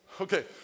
Okay